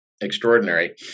extraordinary